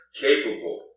capable